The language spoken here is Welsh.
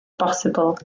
bosibl